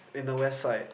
in the west side